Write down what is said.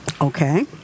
Okay